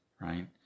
right